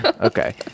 Okay